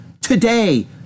today